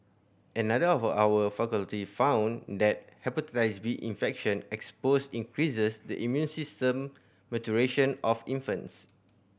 another of our faculty found that Hepatitis B infection exposure increases the immune system maturation of infants